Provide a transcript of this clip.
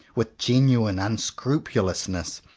with genuine unscrupulousness,